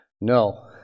No